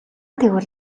тэгвэл